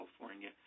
California